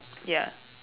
ya